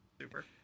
super